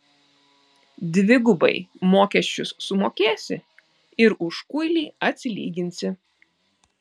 dvigubai mokesčius sumokėsi ir už kuilį atsilyginsi